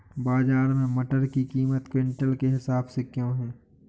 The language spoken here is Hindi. बाजार में मटर की कीमत क्विंटल के हिसाब से क्यो है?